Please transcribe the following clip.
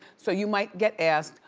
so you might get asked,